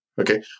Okay